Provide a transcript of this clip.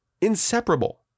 inseparable